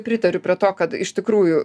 pritariu prie to kad iš tikrųjų